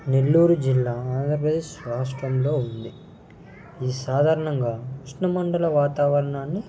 నెల్లూరు జిల్లా ఆంధ్రప్రదేశ్ రాష్ట్రంలో ఉంది ఇది సాధారణంగా ఉష్ణ మండల వాతావరణాన్ని